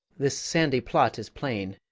this sandy plot is plain